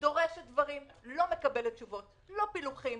דורשת דברים ולא מקבלת תשובות לא פילוחים,